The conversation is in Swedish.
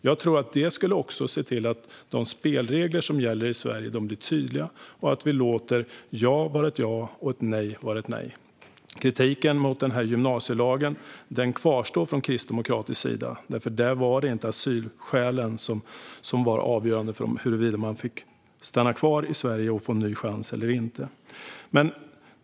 Jag tror att det också skulle se till att de spelregler som gäller i Sverige blir tydliga och att vi låter ett ja vara ett ja och ett nej vara ett nej. Kritiken mot gymnasielagen kvarstår från kristdemokratisk sida, för där var det inte asylskälen som var avgörande för huruvida man skulle få stanna kvar i Sverige och få en ny chans eller inte.